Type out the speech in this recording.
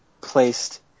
placed